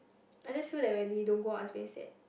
I just feel that when you don't go out it's very sad